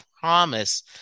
promise